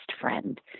friend